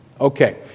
Okay